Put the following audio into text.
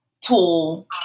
tool